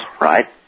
right